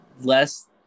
less